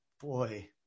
boy